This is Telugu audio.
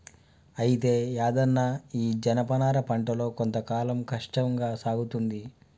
అయితే యాదన్న ఈ జనపనార పంటలో కొంత కాలం కష్టంగా సాగుతుంది